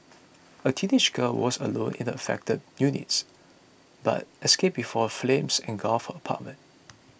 a teenage girl was alone in the affected unit but escaped before flames engulfed her apartment